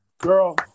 Girl